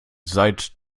seit